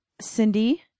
Cindy